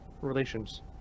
relations